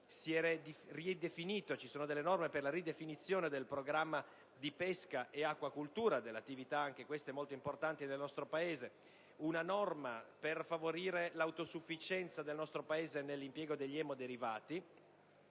Ci sono delle norme per la ridefinizione del Programma della pesca e dell'acquacoltura, anche queste attività molto importanti nel nostro Paese. C'è una norma per favorire l'autosufficienza del nostro Paese nell'impiego degli emoderivati.